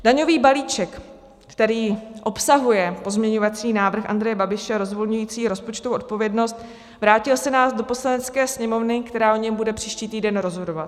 Daňový balíček, který obsahuje pozměňovací návrh Andreje Babiše rozvolňující rozpočtovou odpovědnost, vrátil Senát do Poslanecké sněmovny, která o něm bude příští týden rozhodovat.